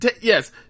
yes